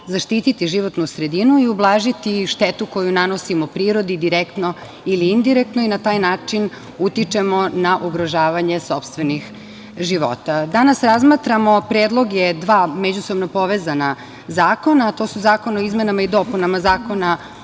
zaštititi životnu sredinu i ublažiti štetu koju nanosimo prirodi direktno ili indirektno i na taj način utičemo na ugrožavanje sopstvenih života. Danas razmatramo predloge dva međusobno povezana zakona, a to su zakon o izmenama i dopunama Zakona